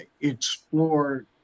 explore